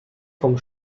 vom